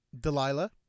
Delilah